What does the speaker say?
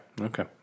okay